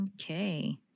Okay